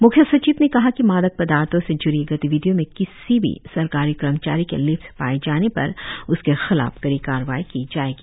मुख्य सचिव ने कहा कि मादक पदार्थो से जुड़ी गतिविधियों में किसी भी सरकारी कर्मचारी के लिप्त पाये जाने पर उसके खिलाफ कड़ी कार्रवाई की जाएगी